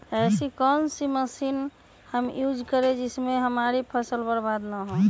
ऐसी कौन सी मशीन हम यूज करें जिससे हमारी फसल बर्बाद ना हो?